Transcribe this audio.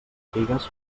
figues